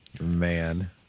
Man